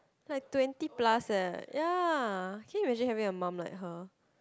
like twenty plus eh ya can you imagine having a mum like her